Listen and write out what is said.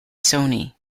sony